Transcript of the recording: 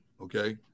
okay